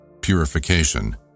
Purification